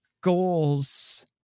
goals